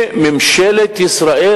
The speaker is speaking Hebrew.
שממשלת ישראל,